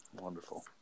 Wonderful